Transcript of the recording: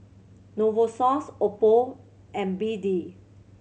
Novosource Oppo and B D